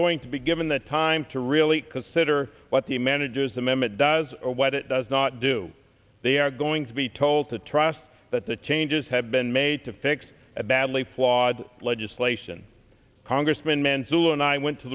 going to be given the time to really consider what the manager's amendment does or what it does not do they are going to be told to trust that the changes have been made to fix a badly flawed legislation congressman manzullo and i went to